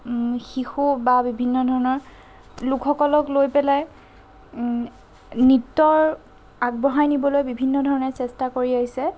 শিশু বা বিভিন্ন ধৰণৰ লোকসকলক লৈ পেলাই নৃত্যৰ আগবঢ়াই নিবলৈ বিভিন্ন ধৰণে চেষ্টা কৰি আহিছে